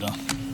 בבקשה.